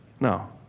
No